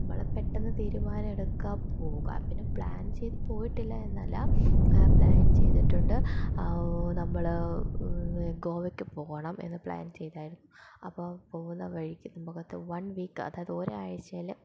നമ്മൾ പെട്ടെന്ന് തീരുമാനം എടുക്കുക പോവുക പിന്നെ പ്ലാൻ ചെയ്ത് പോയിട്ടില്ല എന്നല്ല പ്ലാൻ ചെയ്തിട്ടുണ്ട് നമ്മൾ ഗോവയ്ക്ക് പോവണം എന്ന് പ്ലാൻ ചെയ്തായിരുന്നു അപ്പം പോവുന്ന വഴിക്ക് നമുക്കത് വൺ വീക്ക് അതായത് ഒരാഴ്ചയിൽ